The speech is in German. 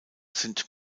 sind